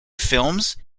films